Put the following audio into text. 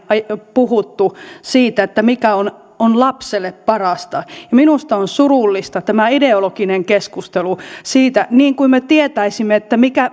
puhuttu siitä mikä on on lapselle parasta minusta on surullista tämä ideologinen keskustelu siitä niin kuin me tietäisimme